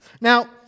Now